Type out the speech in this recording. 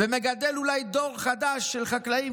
ומגדל אולי דור חדש של חקלאים,